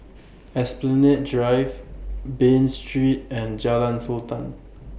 Esplanade Drive Bain Street and Jalan Sultan